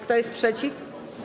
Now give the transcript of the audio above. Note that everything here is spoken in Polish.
Kto jest przeciw?